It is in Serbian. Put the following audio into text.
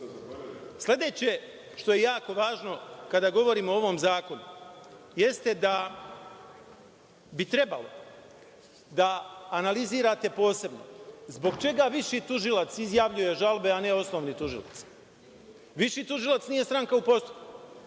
što je jako važno kada govorimo o ovom zakonu, jeste da bi trebalo da analizirate posebno zbog čega viši tužilac izjavljuje žalbe, a ne osnovni tužilac? Viši tužilac nije stranka u postupku.